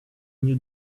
new